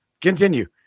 Continue